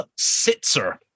sitzer